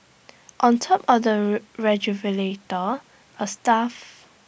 on top of the refrigerator A stuff